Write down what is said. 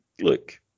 Look